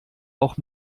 auch